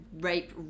rape